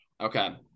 Okay